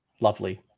lovely